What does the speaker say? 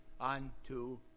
unto